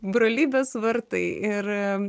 brolybės vartai ir